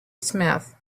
smith